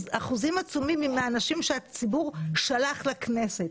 אחוזים עצומים מהאנשים שהציבור שלח לכנסת